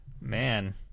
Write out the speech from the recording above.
man